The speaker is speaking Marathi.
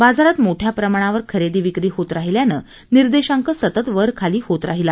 बाजारात मोठ्या प्रमाणावर खरेदी विक्री होत राहिल्यानं निर्देशांक सतत वरखाली होत राहिला